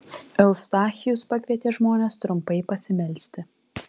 eustachijus pakvietė žmones trumpai pasimelsti